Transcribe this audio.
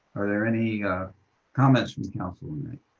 are there any comments from counsel tonight?